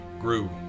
grew